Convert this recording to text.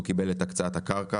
הוא קיבל את הקצאה הקרקע,